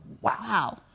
wow